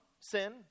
sin